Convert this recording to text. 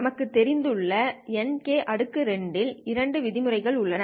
நமக்கு தெரிந்து உள்ள Nk2 இல் இரண்டு விதிமுறைகள் உள்ளன